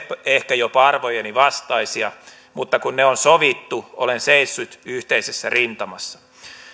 ehkä jopa arvojeni vastaisia mutta kun ne on sovittu olen seissyt yhteisessä rintamassa